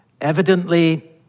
Evidently